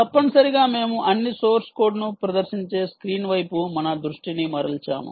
తప్పనిసరిగా మేము అన్ని సోర్స్ కోడ్ను ప్రదర్శించే స్క్రీన్ వైపు మన దృష్టిని మరల్చాము